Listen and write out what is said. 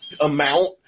amount